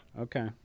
Okay